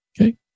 Okay